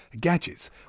gadgets